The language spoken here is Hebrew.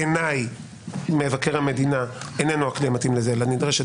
בעיניי מבקר המדינה איננו הכלי המתאים לזה אלא נדרשת